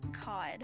cod